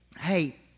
Hey